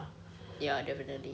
ya definitely